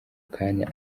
kanya